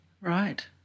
Right